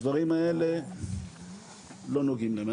הדברים האלו לא נוגעים להם.